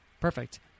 Perfect